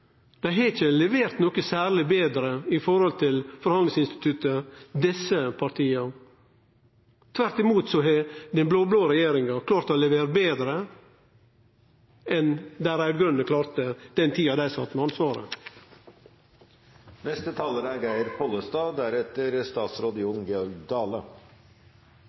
dei sju siste åra. Kva betyr det? Det betyr at desse partia har ikkje levert noko særleg betre når det gjeld forhandlingsinstituttet. Tvert imot har den blå-blå regjeringa klart å levere betre enn dei raud-grøne klarte den tida dei sat med ansvaret.